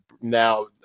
now